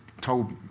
told